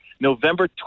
November